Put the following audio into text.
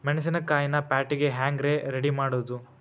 ಮೆಣಸಿನಕಾಯಿನ ಪ್ಯಾಟಿಗೆ ಹ್ಯಾಂಗ್ ರೇ ರೆಡಿಮಾಡೋದು?